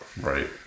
Right